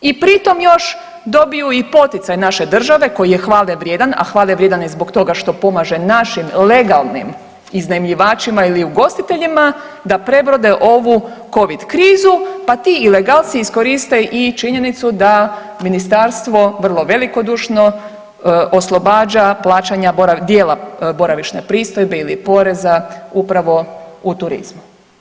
I pritom još dobiju i poticaj naše države koji je hvale vrijedan, a hvale vrijedan je zbog toga što pomaže našim legalnim iznajmljivačima ili ugostiteljima da prebrode ovu Covid krizu pa ti ilegalci iskoriste i činjenicu da ministarstvo vrlo velikodušno oslobađa plaćanja dijela boravišne pristojbe ili poreza upravo u turizmu.